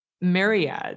myriad